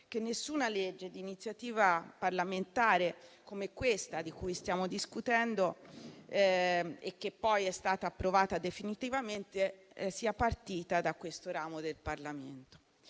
disegno di legge di iniziativa parlamentare, come questo di cui stiamo discutendo, e poi approvato definitivamente, sia partito da questo ramo del Parlamento.